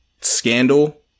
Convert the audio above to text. scandal